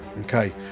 Okay